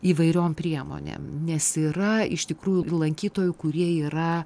įvairiom priemonėm nes yra iš tikrųjų ir lankytojų kurie yra